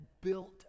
built